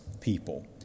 people